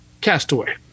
Castaway